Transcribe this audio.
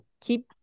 keep